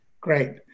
Great